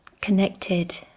connected